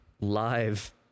live